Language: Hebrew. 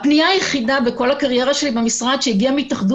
הפנייה היחידה בכל הקריירה שלי במשרד שהגיעה מהתאחדות